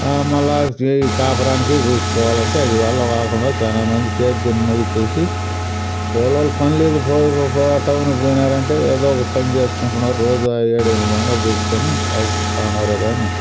ఆ మళ్ళీ చే కాపురానికి చూసుకోవాలంటే అది వల్ల కాకుండా చాలా మంది సేద్యాన్ని ముగించేసి ఓలోల పనులు లేదో పో పో టౌన్కి పోయినారంటే ఏదో ఒక పని చేసుకుంటున్నారు రోజు ఏడూ ఎనిమిది వందలు తెచ్చుకొని బతుకుతూ ఉన్నారే కానీ